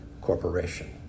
corporation